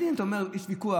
בדיון אתה אומר: יש ויכוח,